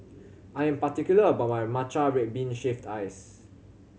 I am particular about my matcha red bean shaved ice